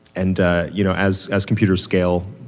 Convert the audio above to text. and you know as as computer scale,